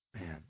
man